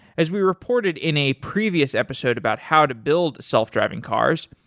as we reported in a previous episode about how to build self-driving cars,